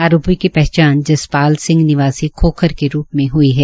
आरोपी की पहचान जसपाल सिह निवासी खोखर के रूप में हुई है